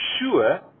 sure